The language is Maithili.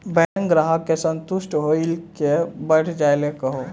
बैंक ग्राहक के संतुष्ट होयिल के बढ़ जायल कहो?